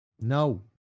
No